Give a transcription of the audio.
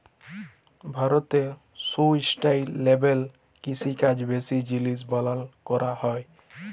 ভারতে সুস্টাইলেবেল কিষিকাজ বেশি জিলিস বালাঁয় ক্যরা হ্যয়